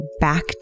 back